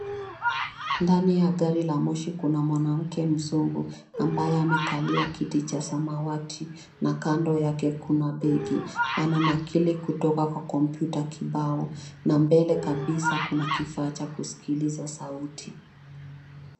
Ndani ya gari la moshi, kuna mwanamke mzungu ambaye amekalia kiti cha samawati, na kando yake kuna begi. Ananakili kutoka kwa kompyuta kibao na mbele kabisa kuna kifaa cha kuskiliza sauti.